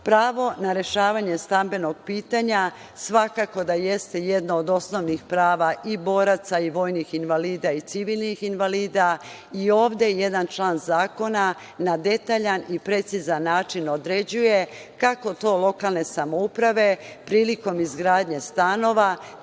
rata. Pravo na rešavanje stambenog pitanja svakako da jeste jedno od osnovnih prava i boraca i vojnih invalida i civilnih invalida. Ovde jedan član zakona na detaljan i precizan način određuje kako to lokalne samouprave prilikom izgradnje stanova